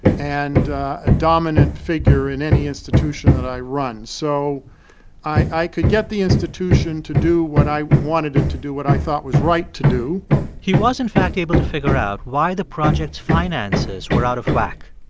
and a dominant figure in any institution that i run. so i i could get the institution to do what i wanted it to do, what i thought was right to do he was, in fact, able to figure out why the project's finances were out of whack.